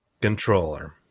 controller